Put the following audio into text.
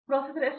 professor S